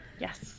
Yes